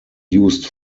used